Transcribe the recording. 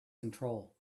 control